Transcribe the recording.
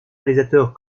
réalisateurs